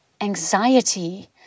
anxiety